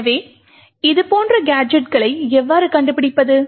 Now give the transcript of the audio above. எனவே இதுபோன்ற கேஜெட்களை எவ்வாறு கண்டுபிடிப்பது